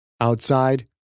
Outside